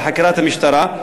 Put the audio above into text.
בחקירת המשטרה,